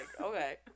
okay